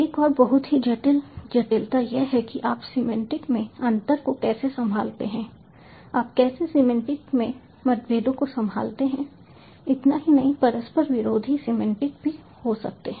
एक और बहुत ही जटिल जटिलता यह है कि आप सिमेंटिक में अंतर को कैसे संभालते हैं आप कैसे सिमेंटिक में मतभेदों को संभालते हैं इतना ही नहीं परस्पर विरोधी सिमेंटिक भी हो सकते हैं